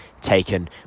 taken